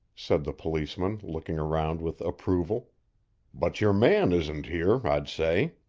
said the policeman, looking around with approval but your man isn't here, i'd say.